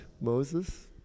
Moses